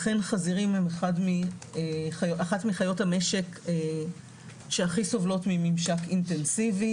אכן חזירים הם אחת מחיות המשק שהכי סובלות מממשק אינטנסיבי,